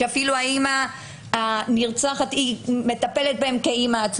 שאפילו הנרצחת טיפלה בהם כאימא?